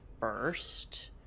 first